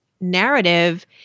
narrative